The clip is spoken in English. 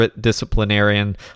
disciplinarian